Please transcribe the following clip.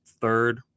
third